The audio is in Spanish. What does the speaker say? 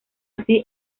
así